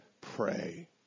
pray